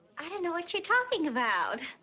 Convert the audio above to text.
i don't know what you're talking about.